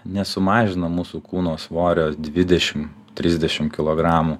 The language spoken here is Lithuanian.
nesumažina mūsų kūno svorio dvidešim trisdešim kilogramų